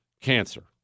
cancer